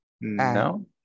No